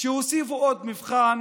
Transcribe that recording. שהוסיפו עוד מבחן